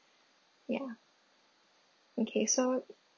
ya okay so